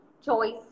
choice